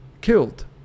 killed